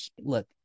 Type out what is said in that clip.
look